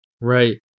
right